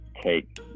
take